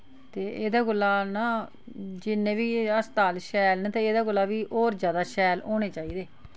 ते एह्दे कोला न जिन्ने बी अस्पताल शैल न ते एह्दे कोला बी होर ज्यादा शैल होने चाहिदे